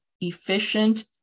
efficient